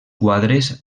quadres